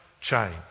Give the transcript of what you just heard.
change